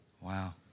wow